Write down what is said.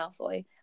Malfoy